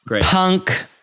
punk